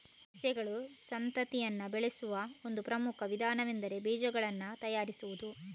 ಸಸ್ಯಗಳು ಸಂತತಿಯನ್ನ ಬೆಳೆಸುವ ಒಂದು ಪ್ರಮುಖ ವಿಧಾನವೆಂದರೆ ಬೀಜಗಳನ್ನ ತಯಾರಿಸುದು